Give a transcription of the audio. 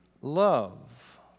love